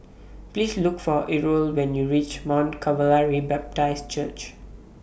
Please Look For Errol when YOU REACH Mount Calvary Baptist Church